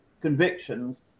convictions